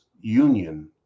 union